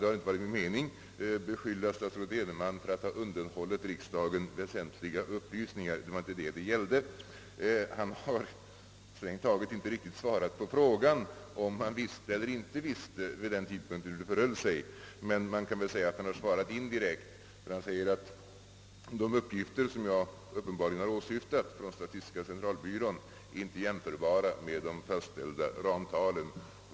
Det har inte varit min mening att beskylla statsrådet Edenman för att ha undanhållit riksdagen väsentliga upplysningar. Det var inte detta det gällde. Men han har strängt taget inte svarat på frågan om han vid den tidpunkten visste eller inte visste hur det förhöll sig. Men man kan väl säga att han har svarat indirekt när han säger att de uppgifter från statistiska centralbyrån, som jag uppenbarligen har åsyftat inte är jämförbara med de fastställda ramtalen.